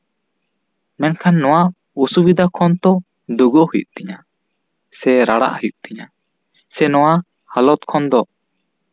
ᱢᱮᱱᱠᱷᱟᱱ ᱱᱚᱣᱟ ᱚᱥᱩᱵᱤᱫᱷᱟ ᱠᱷᱚᱱ ᱛᱚ ᱫᱩᱜᱩᱜ ᱦᱩᱭᱩᱜ ᱛᱤᱧᱟ ᱥᱮ ᱨᱟᱲᱟᱜ ᱦᱩᱭᱩᱜ ᱛᱤᱧᱟ ᱥᱮ ᱱᱚᱶᱟ ᱦᱟᱞᱚᱛ ᱠᱷᱚᱱ ᱫᱚ